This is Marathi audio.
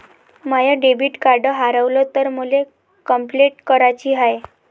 माय डेबिट कार्ड हारवल तर मले कंपलेंट कराची हाय